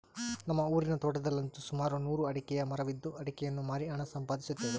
ನಮ್ಮ ಊರಿನ ತೋಟದಲ್ಲಂತು ಸುಮಾರು ನೂರು ಅಡಿಕೆಯ ಮರವಿದ್ದು ಅಡಿಕೆಯನ್ನು ಮಾರಿ ಹಣ ಸಂಪಾದಿಸುತ್ತೇವೆ